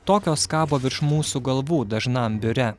tokios kabo virš mūsų galvų dažnam biure